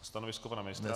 Stanovisko pana ministra?